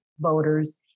voters